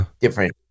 different